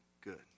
good